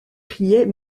criait